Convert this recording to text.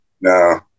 no